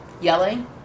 yelling